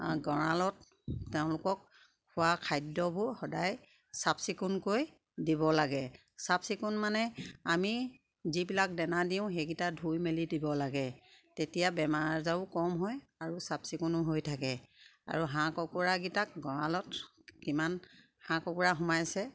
গঁৰালত তেওঁলোকক খোৱা খাদ্যবোৰ সদায় চাফ চিকুণকৈ দিব লাগে চাফ চিকুণ মানে আমি যিবিলাক দেনা দিওঁ সেইকিটা ধুই মেলি দিব লাগে তেতিয়া বেমাৰ আজাৰো কম হয় আৰু চাফ চিকুণো হৈ থাকে আৰু হাঁহ কুকুৰাকিটাক গঁড়ালত কিমান হাঁহ কুকুৰা সোমাইছে